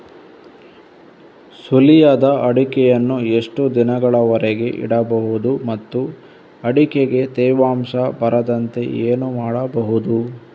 ಸುಲಿಯದ ಅಡಿಕೆಯನ್ನು ಎಷ್ಟು ದಿನಗಳವರೆಗೆ ಇಡಬಹುದು ಮತ್ತು ಅಡಿಕೆಗೆ ತೇವಾಂಶ ಬರದಂತೆ ಏನು ಮಾಡಬಹುದು?